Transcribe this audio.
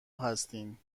هستین